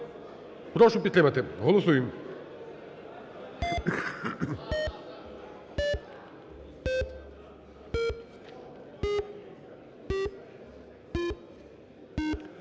Прошу підтримати. Голосуємо.